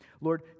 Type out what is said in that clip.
Lord